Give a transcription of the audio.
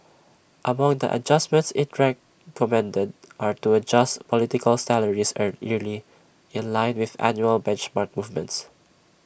among the adjustments IT commended are to adjust political salaries A yearly in line with annual benchmark movements